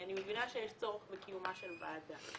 אני מבינה שיש צורך בקיומה של ועדה,